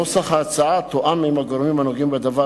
נוסח ההצעה תואם עם הגורמים הנוגעים בדבר